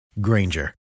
Granger